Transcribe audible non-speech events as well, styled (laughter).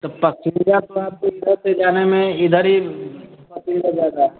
तो पश्चरिया सुजालपुर से जाने में इधर ही (unintelligible)